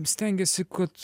stengiasi kad